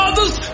Others